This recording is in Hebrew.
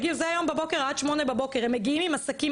זה היום בבוקר עד 8:00. הם מגיעים עם השקים